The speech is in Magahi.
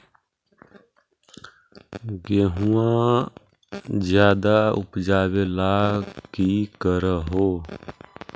गेहुमा ज्यादा उपजाबे ला की कर हो?